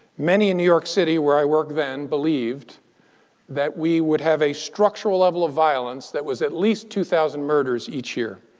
many in new york city, where i worked then, believed that we would have a structural level of violence that was at least two thousand murders each year.